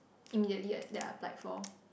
immediately that I applied for